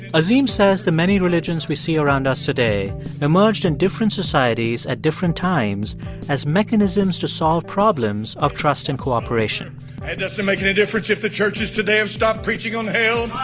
azim says the many religions we see around us today emerged in different societies at different times as mechanisms to solve problems of trust and cooperation it doesn't make any difference if the churches today have stopped preaching on hell,